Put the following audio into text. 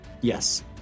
Yes